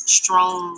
strong